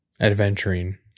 adventuring